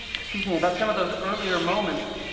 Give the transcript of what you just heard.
excuse me about some of those earlier moments.